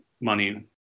money